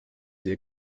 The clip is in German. ihr